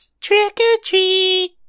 Trick-or-treat